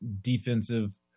defensive